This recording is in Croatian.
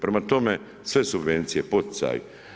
Prema tome, sve subvencije, poticaji.